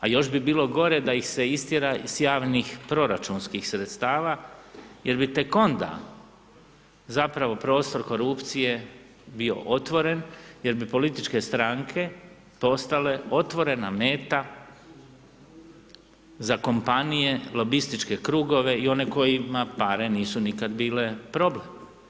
A još bi bilo gore da ih se istjera iz javnih proračunskih sredstava jer bi tek onda zapravo prostor korupcije bio otvoren jer bi političke stranke postale otvorena meta za kompanije, lobističke krugove i one kojima pare nisu nikad bile problem.